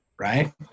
right